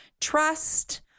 trust